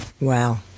Wow